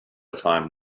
time